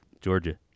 Georgia